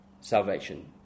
salvation